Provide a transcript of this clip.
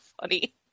funny